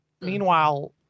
meanwhile